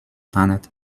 planet